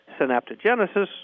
synaptogenesis